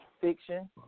fiction